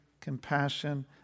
compassion